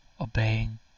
obeying